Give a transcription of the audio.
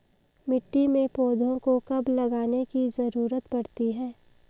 मिट्टी में पौधों को कब लगाने की ज़रूरत पड़ती है?